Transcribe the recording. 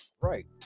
Right